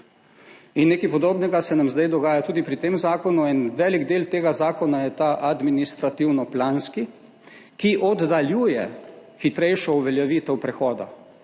Nekaj podobnega se nam zdaj dogaja tudi pri tem zakonu. En velik del tega zakona je ta administrativno-planski, ki oddaljuje hitrejšo uveljavitev prehoda,